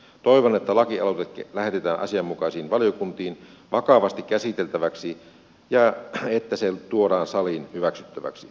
toivon että lakialoite lähetetään asianmukaisiin valiokuntiin vakavasti käsiteltäväksi ja että se tuodaan saliin hyväksyttäväksi